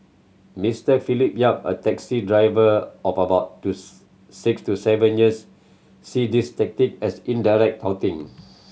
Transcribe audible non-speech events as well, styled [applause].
Mister Philip Yap a taxi driver of about to [unintelligible] six to seven years see these tactic as indirect touting